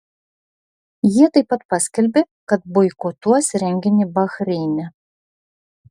jie taip pat paskelbė kad boikotuos renginį bahreine